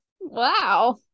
Wow